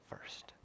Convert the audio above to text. first